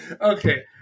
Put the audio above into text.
okay